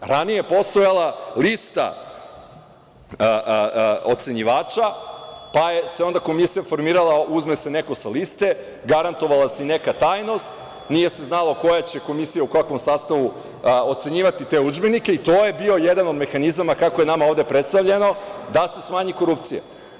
Ranije je postojala lista ocenjivača, pa se onda komisija formirala tako što se uzme neko sa liste, garantovala se i neka tajnost, nije se znalo koja će komisija i u kakvom sastavu ocenjivati te udžbenike i to je bio jedan od mehanizama, kako je nama ovde predstavljeno, da se smanji korupcija.